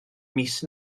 mis